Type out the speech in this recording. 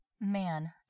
Man